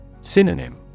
Synonym